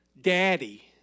daddy